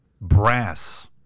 brass